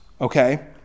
okay